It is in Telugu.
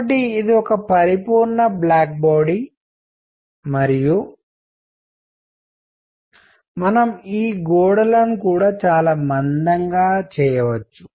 కాబట్టి ఇది ఒక పరిపూర్ణ బ్లాక్ బాడీ మరియు మనము ఈ గోడలను కూడా చాలా మందంగా చేయవచ్చు